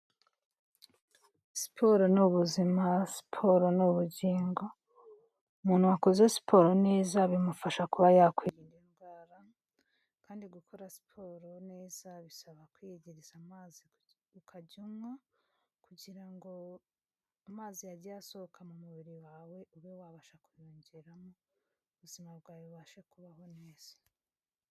Siporo ni ubuzima siporo ni ubugingo, umuntu wakoze siporo neza bimufasha kuba yakwirinda indwara, kandi gukora siporo neza bisaba kwiyegereza amazi ukajya unywa, kugira ngo amazi yagiye asohoka mu mubiri wawe ube wabasha kuyongeramo, ubuzima bwawe bubashe kubaho neza.